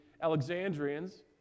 Alexandrians